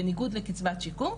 בניגוד לקצבת שיקום,